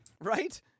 right